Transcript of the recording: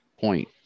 point